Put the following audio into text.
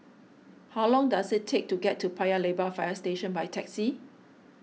how long does it take to get to Paya Lebar Fire Station by taxi